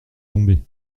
tomber